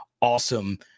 awesome